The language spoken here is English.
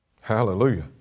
Hallelujah